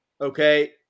okay